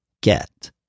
get